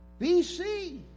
BC